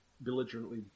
belligerently